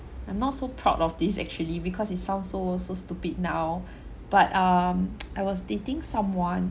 I'm not so proud of this actually because it sound so uh so stupid now but um I was dating someone